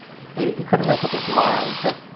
maybe he couldn't make up his mind but,